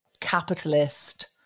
capitalist